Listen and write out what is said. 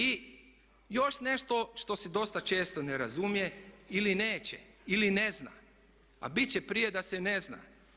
I još nešto što se dosta često ne razumije ili neće ili ne zna, a bit će prije da se ne zna.